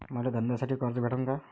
मले धंद्यासाठी कर्ज भेटन का?